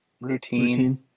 routine